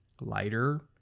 lighter